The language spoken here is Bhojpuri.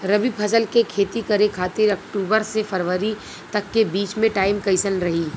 रबी फसल के खेती करे खातिर अक्तूबर से फरवरी तक के बीच मे टाइम कैसन रही?